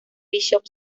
bishop